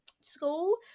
school